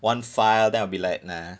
one file then I'll be like nah